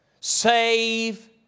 save